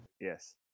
Yes